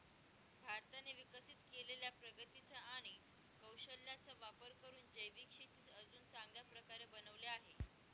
भारताने विकसित केलेल्या प्रगतीचा आणि कौशल्याचा वापर करून जैविक शेतीस अजून चांगल्या प्रकारे बनवले आहे